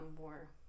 more